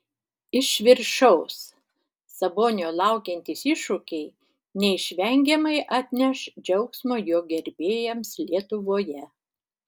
iš viršaus sabonio laukiantys iššūkiai neišvengiamai atneš džiaugsmo jo gerbėjams lietuvoje